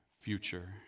future